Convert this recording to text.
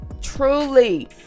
truly